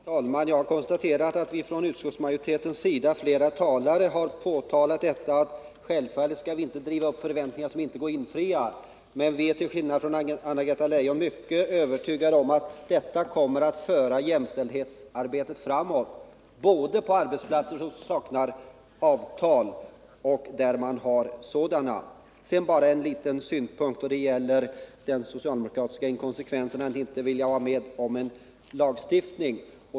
Herr talman! Jag har konstaterat att flera företrädare för utskottsmajoriteten framhållit att självfallet skall vi inte driva upp förväntningar som inte går att infria. Men vi är till skillnad från Anna-Greta Leijon mycket övertygade om att lagstiftningen kommer att föra jämställdhetsarbetet framåt, både på arbetsplatser som saknar avtal och där man har sådana. Sedan bara en liten synpunkt på inkonsekvensen i att socialdemokraterna inte vill vara med om en lagstiftning.